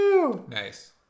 nice